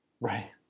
Right